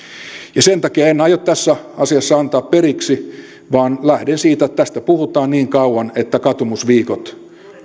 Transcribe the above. sen takia en aio tässä asiassa antaa periksi vaan lähden siitä että tästä puhutaan niin kauan että katumusviikot